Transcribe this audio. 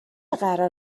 قرار